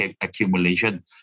accumulation